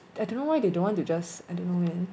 I don't know why they don't want to just I don't know man